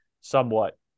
somewhat